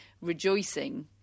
rejoicing